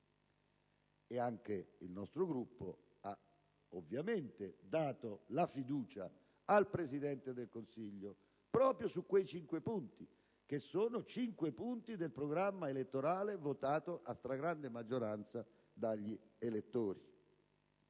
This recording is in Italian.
Anche il nostro Gruppo ha, ovviamente, dato la fiducia al Presidente del Consiglio proprio su quei cinque punti, che sono cinque punti del programma elettorale sul quale si è manifestato il